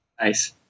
nice